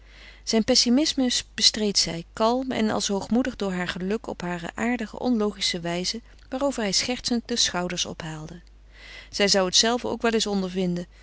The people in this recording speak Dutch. zijn pessimisme bestreed zij kalm en als hoogmoedig door haar geluk op hare aardige onlogische wijze waarover hij schertsend de schouders ophaalde zij zou het zelve ook wel eens ondervinden